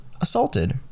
assaulted